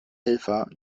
helfer